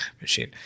machine